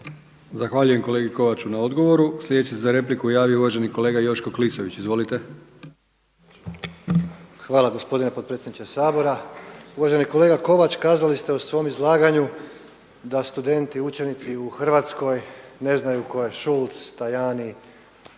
uvaženom kolegi Kovaču na odgovoru. Sljedeći se za repliku javio uvaženi kolega Joško Klisović. Izvolite. **Klisović, Joško (SDP)** Hvala gospodine potpredsjedniče Sabora. Uvaženi kolega Kovač, kazali ste u svom izlaganju da studenti i učenici u Hrvatskoj ne znaju tko je Schultz, Tajani